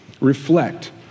Reflect